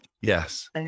yes